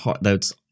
thats